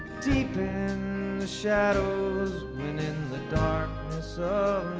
deep in the shadows when in the darkness so